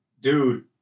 dude